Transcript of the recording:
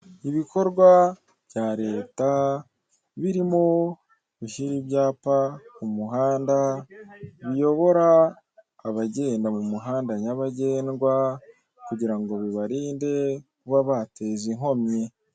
Ibikorwa bya Leta birimo gushyira ibyapa ku muhanda, biyobora abagenda mu muhanda nyabagendwa kugira ngo bibarinde kuba bateza inkomyi.